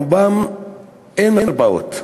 ברובם אין מרפאות.